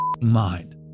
mind